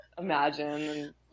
imagine